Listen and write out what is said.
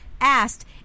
asked